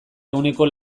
ehuneko